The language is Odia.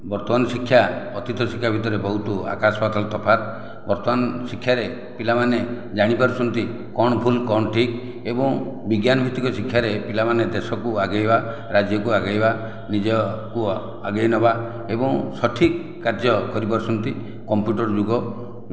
ବର୍ତ୍ତମାନ ଶିକ୍ଷା ଅତୀତ ଶିକ୍ଷା ଭିତରେ ବହୁତ ଆକାଶ ପାତ୍ତାଳ ତଫାତ ବର୍ତ୍ତମାନ ଶିକ୍ଷାରେ ପିଲାମାନେ ଜାଣିପାରୁଛନ୍ତି କଣ ଭୁଲ କ'ଣ ଠିକ୍ ଏବଂ ବିଜ୍ଞାନ ଭିତ୍ତିକ ଶିକ୍ଷାରେ ପିଲାମାନେ ଦେଶକୁ ଆଗେଇବା ରାଜ୍ୟକୁ ଆଗେଇବା ନିଜକୁ ଆଗେଇନେବା ଏବଂ ସଠିକ କାର୍ଯ୍ୟ କରିପାରୁଛନ୍ତି କମ୍ପୁଟର ଯୁଗ